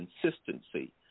consistency